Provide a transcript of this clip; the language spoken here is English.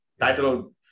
Title